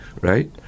right